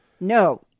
No